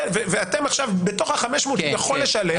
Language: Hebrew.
ואתם עכשיו בתוך ה-500 יכול לשלם,